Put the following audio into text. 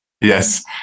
Yes